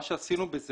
מה שעשינו,